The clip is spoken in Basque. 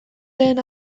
lehen